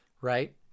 Right